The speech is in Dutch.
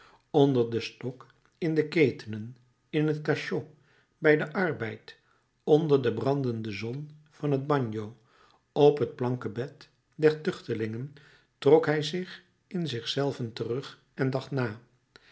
onder den stok in de ketenen in het cachot bij den arbeid onder de brandende zon van het bagno op het planken bed der tuchtelingen trok hij zich in zich zelven terug en dacht na